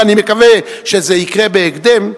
ואני מקווה שזה יקרה בהקדם,